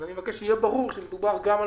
אז אני מבקש שיהיה ברור שמדובר גם על